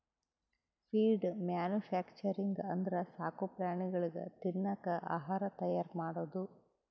feed manufacturing ಅಂದ್ರ ಸಾಕು ಪ್ರಾಣಿಗಳಿಗ್ ತಿನ್ನಕ್ ಆಹಾರ್ ತೈಯಾರ್ ಮಾಡದು